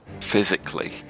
Physically